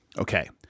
Okay